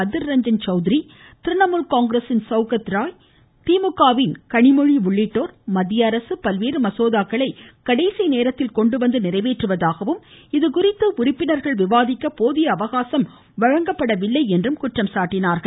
அதிர் ரஞ்சன் சவுத்ரி திரிணாமுல் காங்கிரஸின் சவுகத்ராய் திமுகவின் கனிமொழி உள்ளிட்டோர் மத்திய அரசு பல்வேறு மசோதாக்களை கடைசி நேரத்தில் கொண்டு வந்து நிறைவேற்றுவதாகவும் இதுகுறித்து உறுப்பினர்கள் விவாதிக்க போதிய வழங்கப்படவில்லை என்றும் குற்றம் சாட்டினார்கள்